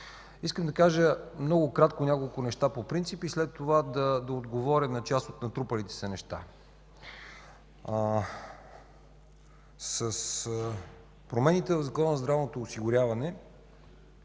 Накратко ще кажа няколко неща по принцип и след това ще отговоря на част от натрупалите се неща. С промените в Закона за здравното осигуряване